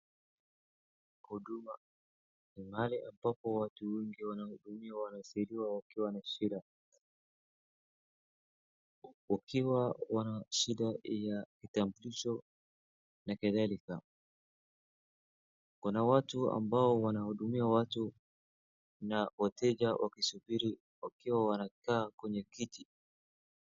Kwa huduma ni mahali ambapo watu wengi wanahudumiwa wanasaidiwa wakiwa na shida. Wakiwa wana shida ya kitambulisho na kadhalika. Kuna watu ambao wanahudumia watu na wateja wakisuburi wakiwa wanakaa kwenye kiti.